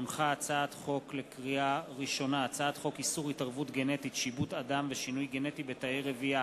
הצעת חוק איסור התערבות גנטית (שיבוט אדם ושינוי גנטי בתאי רבייה)